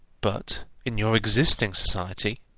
but in your existing society,